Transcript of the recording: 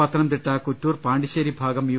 പത്തനംതിട്ട കുറ്റൂർ പാണ്ടിശേരി ഭാഗം യു